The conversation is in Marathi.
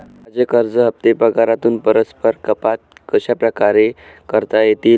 माझे कर्ज हफ्ते पगारातून परस्पर कपात कशाप्रकारे करता येतील?